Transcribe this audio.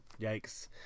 yikes